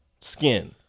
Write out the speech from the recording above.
skin